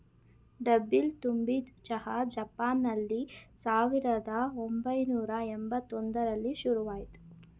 ಡಬ್ಬಿಲಿ ತುಂಬಿದ್ ಚಹಾ ಜಪಾನ್ನಲ್ಲಿ ಸಾವಿರ್ದ ಒಂಬೈನೂರ ಯಂಬತ್ ಒಂದ್ರಲ್ಲಿ ಶುರುಆಯ್ತು